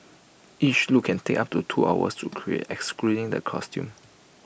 each look can take up to two hours to create excluding the costume